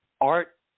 Art